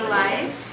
life